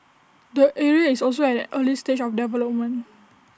the area is also at an early stage of development